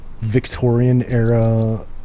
Victorian-era